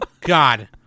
God